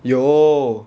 有